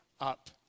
up